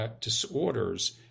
disorders